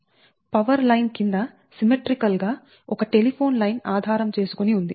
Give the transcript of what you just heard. power line కింద symmetrical గా ఒక టెలిఫోన్ లైన్ ఆధారం చేసుకుని ఉంది